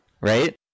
right